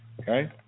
Okay